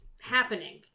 happening